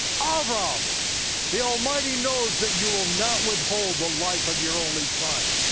ah abram, the almighty knows that you will not withhold the life of your only son.